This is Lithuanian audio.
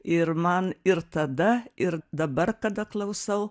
ir man ir tada ir dabar kada klausau